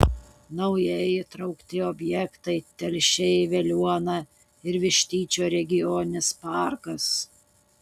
naujai įtraukti objektai telšiai veliuona ir vištyčio regioninis parkas